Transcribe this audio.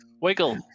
Wiggle